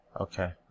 Okay